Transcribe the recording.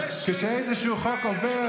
כשאיזשהו חוק עובר,